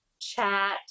chat